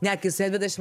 ne kai suėj dvidešim